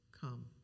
come